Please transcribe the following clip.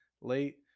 late